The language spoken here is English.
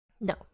No